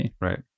right